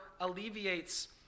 alleviates